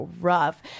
rough